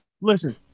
Listen